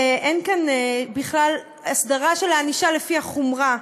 ואין כאן הסדרה של הענישה לפי החומרה.